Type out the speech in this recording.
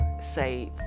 say